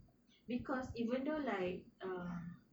because even though like um